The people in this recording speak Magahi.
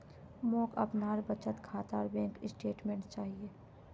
मोक अपनार बचत खातार बैंक स्टेटमेंट्स चाहिए